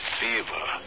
fever